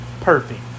perfect